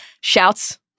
Shouts